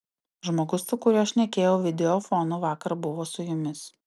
žmogus su kuriuo šnekėjau videofonu vakar buvo su jumis